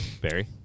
Barry